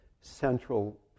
central